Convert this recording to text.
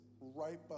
right